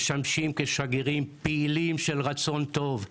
משמשים כשגרירים פעילים של רצון טוב,